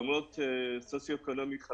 למרות שאנחנו באשכול סוציו-אקונומי 5